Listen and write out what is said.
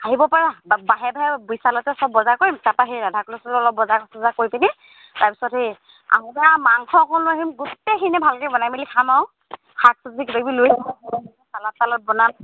আহিব পাৰা বা বাহিৰে বাহিৰে বিশালতে সব বজাৰ কৰিম তাৰপৰা সেই ৰাধা ক্লথ ষ্টৰত অলপ বজাৰ চজাৰ কৰি পিনি তাৰপিছত সেই আহোতে আৰু মাংস অকণ লৈ আহিম গোটেইখিনিয়ে ভালকৈ বনাই মেলি খাম আৰু আৰু শাক চব্জি কিবাকিবি লৈ চালাড তালাদ বনাম